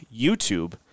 YouTube